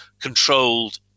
controlled